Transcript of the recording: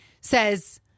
says